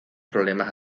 problemas